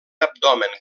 abdomen